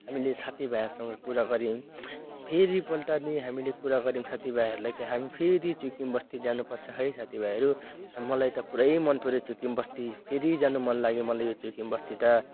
हामीले साथी भाइहरूसँग कुरा गर्यौँ फेरि पल्ट नि हामीले कुरा गर्यौँ साथी भाइहरूलाई कि हामी फेरि चुइकिम बस्ती जानु पर्छ है साथी भाइहरू मलाई त पुरै मन पर्यो चुइकिम बस्ती फेरि जानु मन लाग्यो मलाई यो चुइकिम बस्ती त